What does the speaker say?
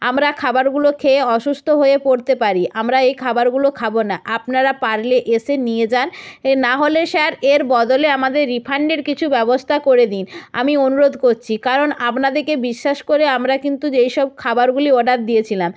আমরা খাবারগুলো খেয়ে অসুস্থ হয়ে পড়তে পারি আমরা এই খাবারগুলো খাব না আপনারা পারলে এসে নিয়ে যান এ না হলে স্যার এর বদলে আমাদের রিফান্ডের কিছু ব্যবস্থা করে দিন আমি অনুরোধ করছি কারণ আপনাদেরকে বিশ্বাস করে আমরা কিন্তু যে এই সব খাবারগুলি অর্ডার দিয়েছিলাম